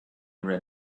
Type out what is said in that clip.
ran